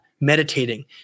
meditating